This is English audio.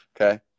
Okay